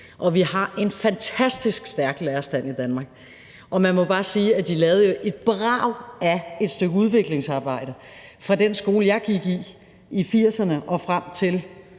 Vi har en fantastisk stærk lærerstand i Danmark. Man må bare sige, at de lavede et brag af et stykke udviklingsarbejde fra den skole, jeg gik i i 1980'erne, og frem til,